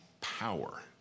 power